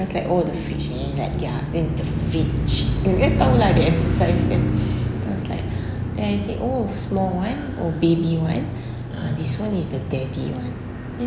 then I was like oh the fridge and he ya in the fridge dia tahu lah dia emphasise like I was like and I said oh small one or baby one this [one] is the daddy one